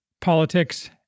politics